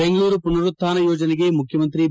ಬೆಂಗಳೂರು ಪುನರುತ್ವಾನ ಯೋಜನೆಗೆ ಮುಖ್ಚಮಂತ್ರಿ ಬಿ